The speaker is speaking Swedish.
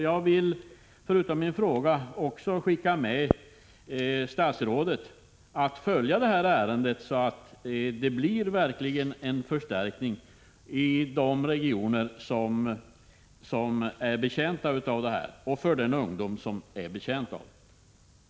Jag vill förutom min fråga också be statsrådet följa detta ärende så att det verkligen blir en förstärkning i de regioner och för den ungdom som är betjänta av den.